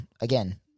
again